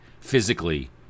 physically